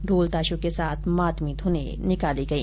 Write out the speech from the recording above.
ढोल ताशों के साथ मातमी ध्रने निकाली गई